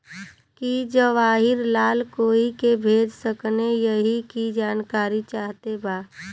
की जवाहिर लाल कोई के भेज सकने यही की जानकारी चाहते बा?